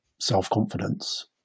self-confidence